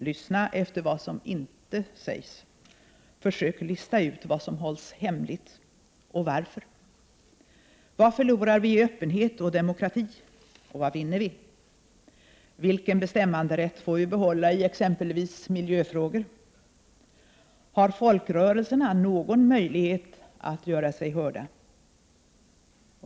Lyssna efter vad som inte sägs! Försök lista ut vad som hålls hemligt och varför! Vad förlorar vi i öppenhet och demokrati och vad vinner vi? Vilken bestämmanderätt får vi behålla i exempelvis miljöfrågor? Har folkrörelserna någon möjlighet att göra sig hörda?